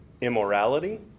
Immorality